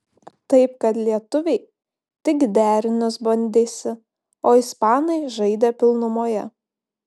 taip kad lietuviai tik derinius bandėsi o ispanai žaidė pilnumoje